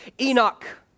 Enoch